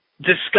Discuss